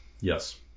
Yes